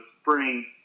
spring